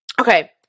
Okay